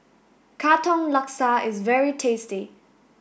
Katong Laksa is very tasty